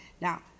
Now